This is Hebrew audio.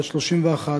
בת 31,